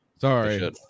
Sorry